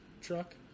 truck